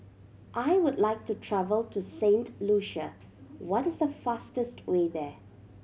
I would like to travel to Saint Lucia what is the fastest way there